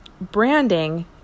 Branding